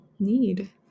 need